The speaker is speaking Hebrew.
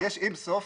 יש עם סוף.